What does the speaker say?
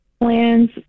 plans